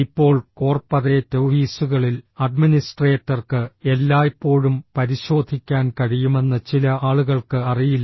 ഇപ്പോൾ കോർപ്പറേറ്റ് ഓഫീസുകളിൽ അഡ്മിനിസ്ട്രേറ്റർക്ക് എല്ലായ്പ്പോഴും പരിശോധിക്കാൻ കഴിയുമെന്ന് ചില ആളുകൾക്ക് അറിയില്ല